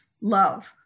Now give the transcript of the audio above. love